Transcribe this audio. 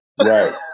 Right